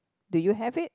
do you have it